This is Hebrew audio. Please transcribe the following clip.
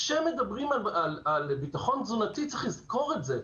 כשמדברים על ביטחון תזונתי, צריך לזכור את זה.